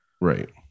Right